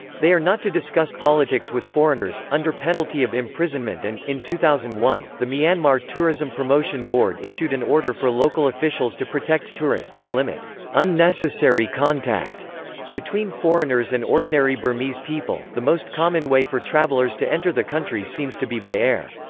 they are not to discuss politics with foreigners, under penalty of imprisonment and, in two thousand and one, the myanmar tourism promotion board issued an order for local officials to protect tourists and limit unnecessary contact between foreigners and ordinary burmese people the most common way for travellers to enter the country seems to be by air.